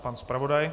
Pan zpravodaj?